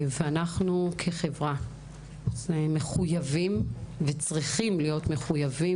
אנחנו כחברה מחויבים וצריכים להיות מחויבים,